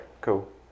cool